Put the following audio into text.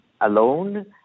alone